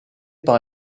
par